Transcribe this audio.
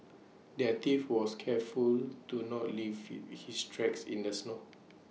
the thief was careful to not leave he his tracks in the snow